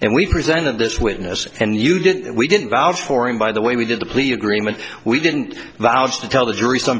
and we presented this witness and you didn't we didn't vouch for him by the way we did the police agreement we didn't valves to tell the jury some